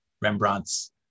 Rembrandt's